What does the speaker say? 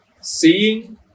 seeing